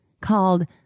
called